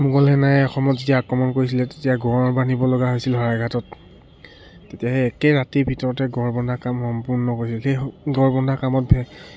মোগল সেনাই অসমত যেতিয়া আক্ৰমণ কৰিছিলে তেতিয়া গড় বান্ধিব লগা হৈছিল শৰাইঘাটত তেতিয়া সেই একে ৰাতিৰ ভিতৰতে গড় বন্ধা কাম সম্পূৰ্ণ কৰিছিল সেই গড় বন্ধা কামত